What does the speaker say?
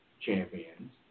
champions